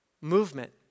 Movement